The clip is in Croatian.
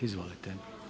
Izvolite.